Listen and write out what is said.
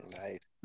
Right